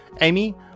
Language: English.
Amy